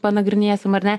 panagrinėsim ar ne